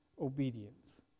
obedience